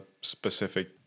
specific